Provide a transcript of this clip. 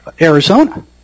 Arizona